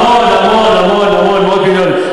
המון המון המון, מאות מיליונים.